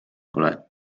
pole